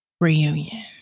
reunion